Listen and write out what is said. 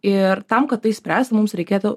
ir tam kad tai išspręst mums reikėtų